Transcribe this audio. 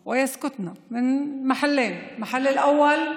הן שותקות משתי סיבות: סיבה אחת,